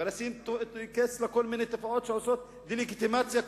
ולשים קץ לכל מיני תופעות שעושות כל מיני דה-לגיטימציה,